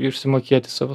išsimokėti savo